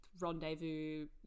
rendezvous